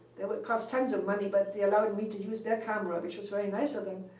it cost tons of money, but they allowed me to use their camera, which was very nice of them.